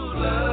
love